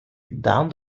dan